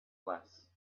less